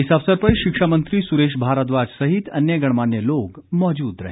इस अवसर पर शिक्षा मंत्री सुरेश भारद्वाज सहित अन्य गणमान्य लोग मौजूद रहे